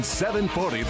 740